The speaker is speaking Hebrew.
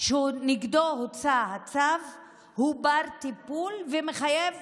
שנגדו הוצא הצו הוא בר-טיפול, ומחייב